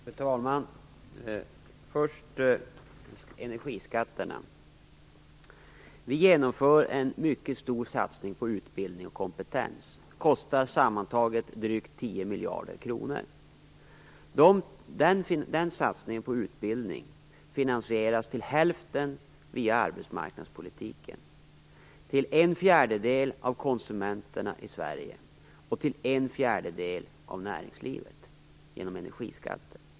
Fru talman! Först energiskatterna: Vi genomför en mycket stor satsning på utbildning och kompetens. Det kostar sammantaget drygt 10 miljarder kronor. Den satsningen på utbildning finansieras till hälften via arbetsmarknadspolitiken, till en fjärdedel av konsumenterna i Sverige och till en fjärdedel av näringslivet genom energiskatter.